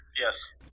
yes